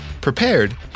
prepared